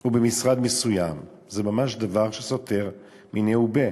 ו'במשרד מסוים'?" זה ממש עניין שסותר מיניה וביה.